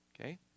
Okay